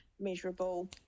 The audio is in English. measurable